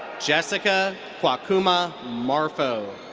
jesseca kwaakumah marfo.